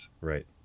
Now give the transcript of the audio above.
Right